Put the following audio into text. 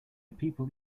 people